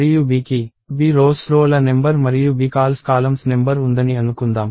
మరియు B కి bRows row ల నెంబర్ మరియు bCols కాలమ్స్ నెంబర్ ఉందని అనుకుందాం